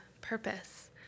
purpose